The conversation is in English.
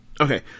Okay